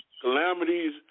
calamities